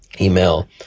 email